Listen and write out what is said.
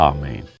Amen